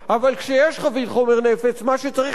מה שצריך לעשות זה לא לפוצץ אותה,